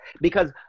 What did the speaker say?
because-